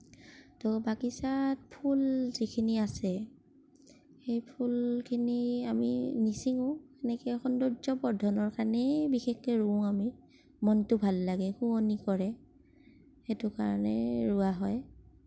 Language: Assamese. ত' বাগিছাত ফুল যিখিনি আছে সেই ফুলখিনি আমি নিচিঙো এনেকে সৌন্দৰ্য বৰ্ধনৰ কাৰণেই বিশেষকে ৰুওঁ আমি মনটো ভাল লাগে শুৱনি কৰে সেইটো কাৰণে ৰোৱা হয়